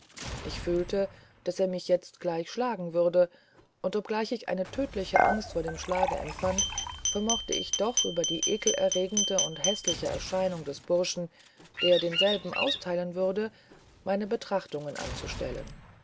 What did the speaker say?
ich fühlte daß er mich jetzt gleich schlagen würde und obgleich ich eine tödliche angst vor dem schlage empfand vermochte ich doch über die ekelerregende und häßliche erscheinung des burschen der denselben austeilen würde meine betrachtungen anzustellen